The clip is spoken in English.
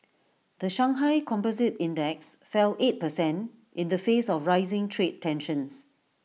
the Shanghai composite index fell eight percent in the face of rising trade tensions